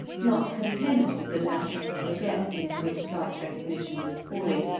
not content with the natural neglect into which sight recognition was falling,